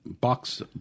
box